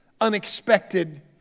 unexpected